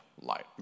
light